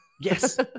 yes